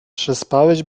przespałeś